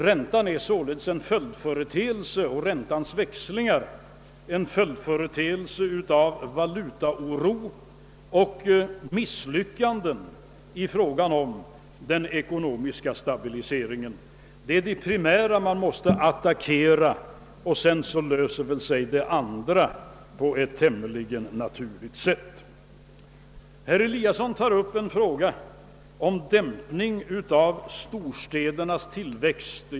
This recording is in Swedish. Räntans höjd är sålunda en följdföreteelse, och räntans växlingar har sitt ursprung i valutaoro och misslyckanden att skapa ekonomisk stabilitet. Det är det primära som man måste attackera, och sedan löser sig väl det andra på ett tämligen naturligt sätt. Herr Eliasson i Sundborn tar upp frågan om dämpning av storstädernas tillväxt.